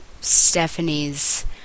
Stephanie's